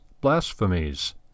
blasphemies